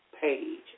page